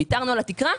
ויתרנו על התקרה,